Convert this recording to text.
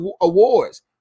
awards